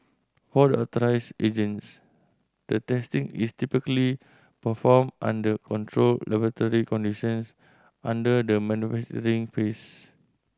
for the authorised agents the testing is typically performed under controlled laboratory conditions under the manufacturing phase